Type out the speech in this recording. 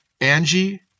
Angie